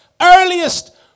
earliest